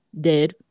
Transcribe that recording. Dead